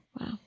Wow